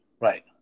right